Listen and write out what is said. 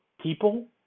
people